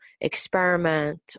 experiment